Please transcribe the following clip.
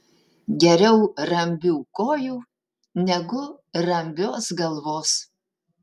geriau rambių kojų negu rambios galvos